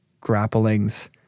grapplings